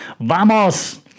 Vamos